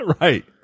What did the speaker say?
Right